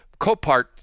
Copart